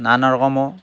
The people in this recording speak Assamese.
নানা ৰকমৰ